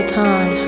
time